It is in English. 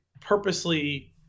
purposely